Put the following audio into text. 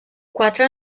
quatre